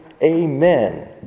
amen